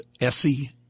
Essie